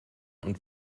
und